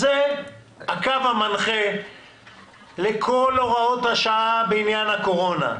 זה הקו המנחה לכל הוראות השעה בעניין הקורונה.